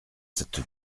cette